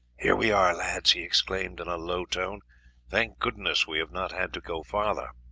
here we are, lads, he exclaimed in a low tone thank goodness we have not had to go farther.